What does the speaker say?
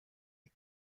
мэд